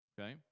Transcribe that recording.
Okay